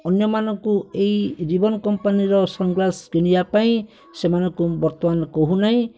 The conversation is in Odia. ଅନ୍ୟମାନଙ୍କୁ ଏଇ ରେବେନ୍ କମ୍ପାନୀର ସନ୍ଗ୍ଳାସ୍ କିଣିବା ପାଇଁ ସେମାନଙ୍କୁ ବର୍ତ୍ତମାନ କହୁନାହିଁ